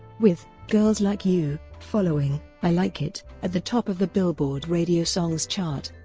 with girls like you following i like it at the top of the billboard radio songs chart,